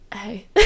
hey